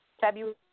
February